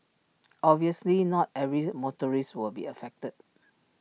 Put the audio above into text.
obviously not every motorist will be affected